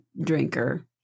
drinker